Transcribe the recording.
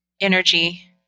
energy